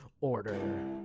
Order